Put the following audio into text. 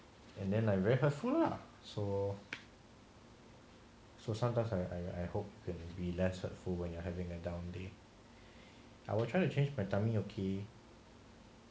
and then like very hurtful lah so so sometimes I I hope can be less hurtful when you are having a down day I will try to change my tummy okay